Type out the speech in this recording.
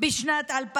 בשנת 2000,